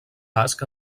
basc